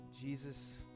Jesus